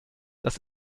das